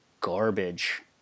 garbage